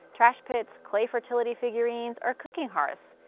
trash pits, clay fertility figurines, or cooking hearths.